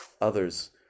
others